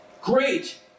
Great